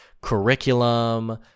curriculum